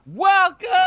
Welcome